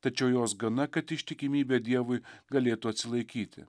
tačiau jos gana kad ištikimybė dievui galėtų atsilaikyti